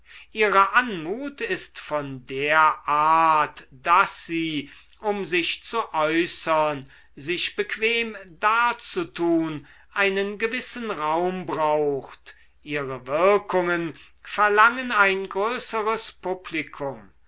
ihre anmut ist von der art daß sie um sich zu äußern sich bequem darzutun einen gewissen raum braucht ihre wirkungen verlangen ein größeres publikum